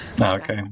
Okay